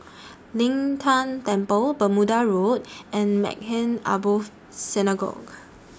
Lin Tan Temple Bermuda Road and Maghain Aboth Synagogue